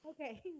Okay